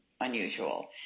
unusual